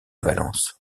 valence